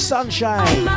sunshine